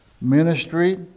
ministry